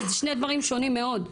זה שני דברים שונים מאוד,